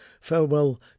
Farewell